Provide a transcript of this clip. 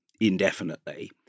indefinitely